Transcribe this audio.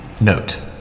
Note